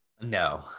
No